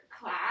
class